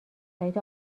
سایت